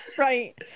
Right